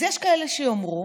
אז יש כאלה שיאמרו,